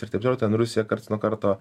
ir taip toliau ten rusija karts nuo karto